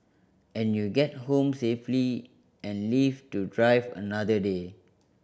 and you get home safely and live to drive another day